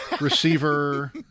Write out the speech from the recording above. receiver